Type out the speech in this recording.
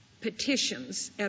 petitions